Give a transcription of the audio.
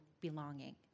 belonging